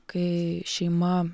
kai šeima